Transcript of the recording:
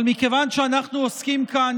אבל מכיוון שאנחנו עוסקים כאן,